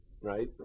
right